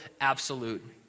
absolute